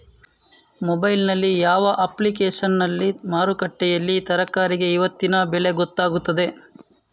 Mobile ನಲ್ಲಿ ಯಾವ ಅಪ್ಲಿಕೇಶನ್ನಲ್ಲಿ ಮಾರುಕಟ್ಟೆಯಲ್ಲಿ ತರಕಾರಿಗೆ ಇವತ್ತಿನ ಬೆಲೆ ಗೊತ್ತಾಗುತ್ತದೆ?